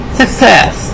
success